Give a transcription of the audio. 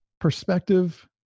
perspective